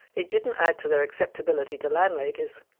it didn't add to their acceptability to landladies,